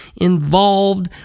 involved